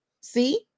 See